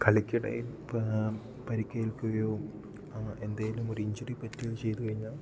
കളിക്ക് ഇടയിൽ ഇപ്പം പരിക്കേൽക്കുകയോ എന്തെങ്കിലും ഒരു ഇഞ്ചുറി പറ്റുകയോ ചെയ്തു കഴിഞ്ഞാൽ